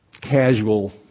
casual